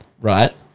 right